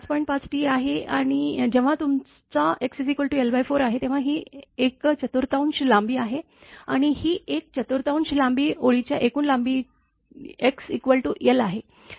5T आहे जेव्हा तुमचा x l4 आहे तेव्हा ही एकचतुर्थांश लांबी आहे आणि ही एक चतुर्थांश लांबी ओळीच्या एकूण लांबी x l आहे